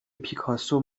پیکاسو